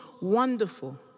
wonderful